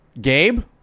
Gabe